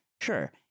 sure